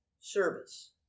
Service